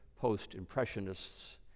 post-impressionists